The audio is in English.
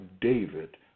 David